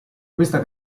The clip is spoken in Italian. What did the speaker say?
questa